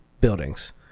buildings